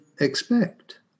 expect